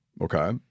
Okay